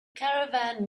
caravan